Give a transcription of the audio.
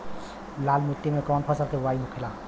लाल मिट्टी में कौन फसल के बोवाई होखेला?